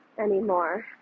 anymore